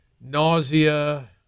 nausea